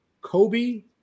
Kobe